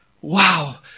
Wow